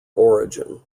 origin